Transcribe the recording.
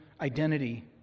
identity